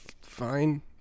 fine